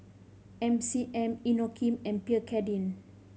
M C M Inokim and Pierre Cardin